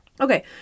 Okay